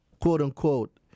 quote-unquote